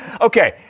Okay